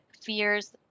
fears